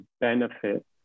benefit